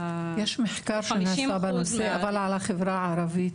50 אחוזים --- יש מחקר שנעשה בנושא אבל על החברה הערבית.